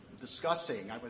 discussing